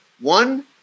one